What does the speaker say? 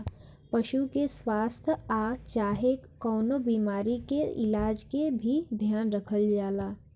पशु के स्वास्थ आ चाहे कवनो बीमारी के इलाज के भी ध्यान रखल जाला